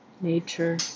nature